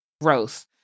growth